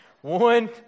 One